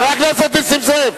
חבר הכנסת נסים זאב.